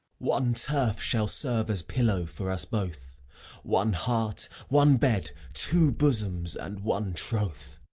one turf shall serve as pillow for us both one heart, one bed, two bosoms, and one troth.